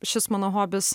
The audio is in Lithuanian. šis mano hobis